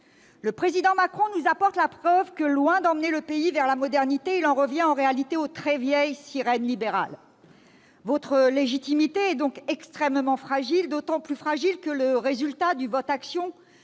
Le président Macron nous apporte la preuve que, loin d'emmener le pays vers la modernité, il en revient, en réalité, aux très vieilles sirènes libérales. Votre légitimité est extrêmement fragile. Elle est même d'autant plus fragile que le résultat du « vot'action